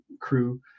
crew